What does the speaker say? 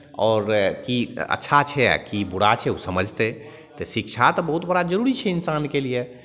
आओर की अच्छा छै आ की बुरा छै ओ समझतै तऽ शिक्षा तऽ बहुत बड़ा जरूरी छै इन्सानके लिए